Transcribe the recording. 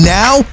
now